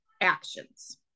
actions